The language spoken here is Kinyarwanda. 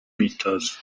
imyitozo